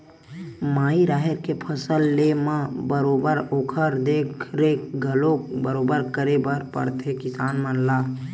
माई राहेर के फसल लेय म बरोबर ओखर देख रेख घलोक बरोबर करे बर परथे किसान मन ला